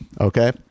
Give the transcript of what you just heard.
Okay